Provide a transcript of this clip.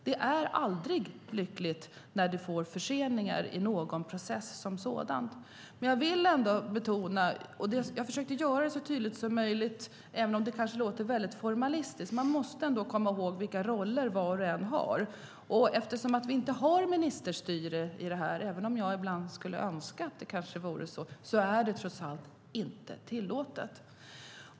Det är aldrig lyckligt när det blir förseningar i en process vilken det än gäller. Jag försökte säga så tydligt som möjligt, även om det kanske lät väldigt formalistiskt, att vi måste komma ihåg vilka roller var och en har. Eftersom vi inte har ministerstyre, även om jag ibland skulle önska att det vore så, är det inte tillåtet.